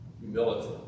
Humility